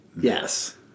Yes